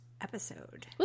episode